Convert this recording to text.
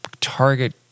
Target